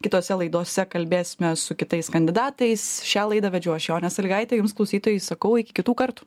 kitose laidose kalbėsimės su kitais kandidatais šią laidą vedžiau aš jonė salygaitė jums klausytojai sakau iki kitų kartų